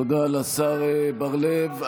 תודה לשר בר לב.